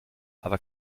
aber